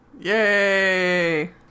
Yay